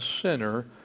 sinner